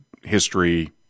history